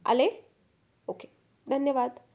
आले ओके धन्यवाद